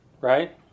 Right